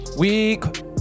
Week